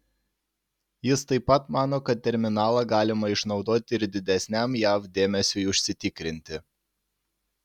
jis taip pat mano kad terminalą galima išnaudoti ir didesniam jav dėmesiui užsitikrinti